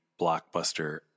blockbuster